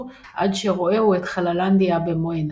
עד שרואה הוא את חללנדיה במו עיניו.